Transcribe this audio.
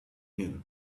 here